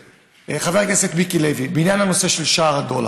חבר הכנסת מיקי לוי, בעניין הנושא של שער הדולר,